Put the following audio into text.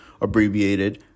abbreviated